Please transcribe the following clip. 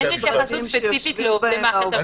אין התייחסות ספציפית לעובדי מערכת בתי המשפט.